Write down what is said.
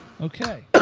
Okay